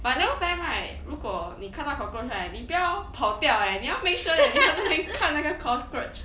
but next time right 如果你看到 cockroach right 你不要跑掉 eh 你要 make sure that 你在那边看那个 cockroach